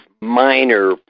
minor